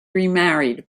remarried